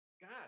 god